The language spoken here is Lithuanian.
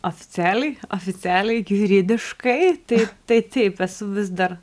oficialiai oficialiai juridiškai taip tai taip esu vis dar